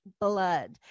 blood